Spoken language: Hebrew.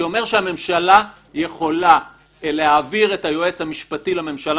שאומר שהממשלה יכולה להעביר את היועץ המשפטי לממשלה